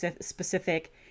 specific